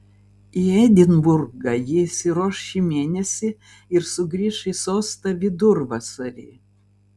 į edinburgą ji išsiruoš šį mėnesį ir sugrįš į sostą vidurvasarį